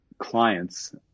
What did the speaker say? clients